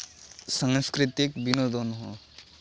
ᱥᱟᱝᱥᱠᱨᱤᱛᱤᱠ ᱵᱤᱱᱳᱫᱚᱱ ᱦᱚᱸ